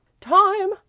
time!